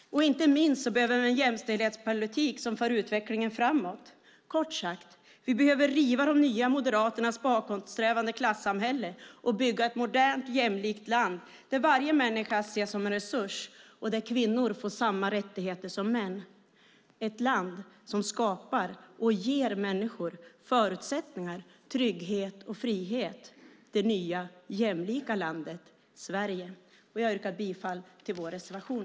Inte minst behöver vi en jämställdhetspolitik som för utvecklingen framåt. Kort sagt: Vi behöver riva Nya Moderaternas bakåtsträvande klasssamhälle och bygga ett modernt jämlikt land där varje människa ses som en resurs och där kvinnor får samma rättigheter som män, ett land som skapar och ger människor förutsättningar, trygghet och frihet - det nya jämlika landet Sverige. Fru talman! Jag yrkar bifall till vår reservation.